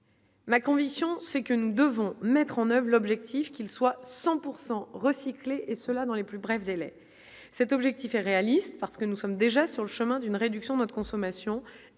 Ma conviction, c'est que nous devons mettre en oeuvre l'objectif qu'il soit 100 pourcent recyclé et cela dans les plus brefs délais, cet objectif est réaliste parce que nous sommes déjà sur le chemin d'une réduction de notre consommation